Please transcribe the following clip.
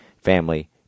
Family